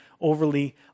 overly